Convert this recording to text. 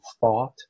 thought